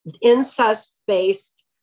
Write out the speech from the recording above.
incest-based